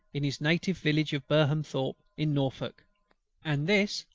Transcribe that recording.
in his native village of burnham thorpe in norfolk and this,